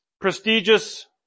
Prestigious